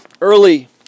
early